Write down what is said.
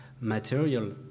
material